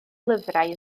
lyfrau